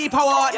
Power